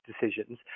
decisions